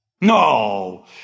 No